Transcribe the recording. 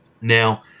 Now